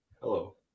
Hello